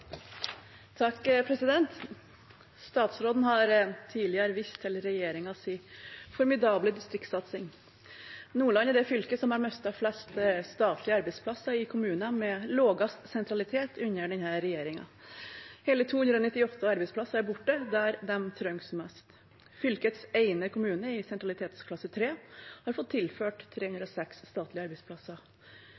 har mistet flest statlige arbeidsplasser i kommuner med lavest sentralitet under denne regjeringen. Hele 298 arbeidsplasser er borte der de trengs mest. Fylkets ene kommune i sentralitetsklasse 3 har fått tilført